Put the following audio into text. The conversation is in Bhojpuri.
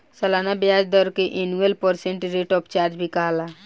सलाना ब्याज दर के annual percent rate of charge भी कहाला